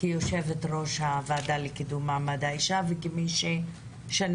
כיושבת-ראש הוועדה לקידום מעמד האישה וכמי שעסקה